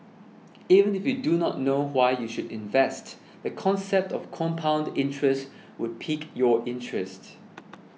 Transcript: even if you do not know why you should invest the concept of compound interest would pique your interest